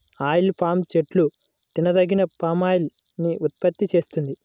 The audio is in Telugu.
ఆయిల్ పామ్ చెట్టు తినదగిన పామాయిల్ ని ఉత్పత్తి చేస్తుంది